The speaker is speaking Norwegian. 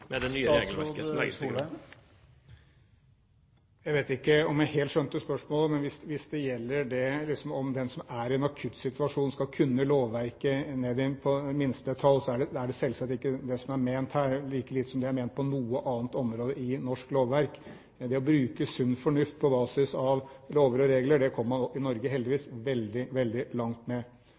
det nye regelverket som legges til grunn? Jeg vet ikke om jeg helt skjønte spørsmålet, men hvis det gjelder om en som er i en akutt situasjon, skal kunne lovverket ned til minste detalj, så er det selvsagt ikke det som er ment her, like lite som det er ment på noe annet område i norsk lovverk. Men det å bruke sunn fornuft på basis av lover og regler kommer man i Norge heldigvis veldig langt med.